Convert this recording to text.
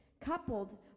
coupled